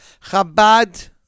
Chabad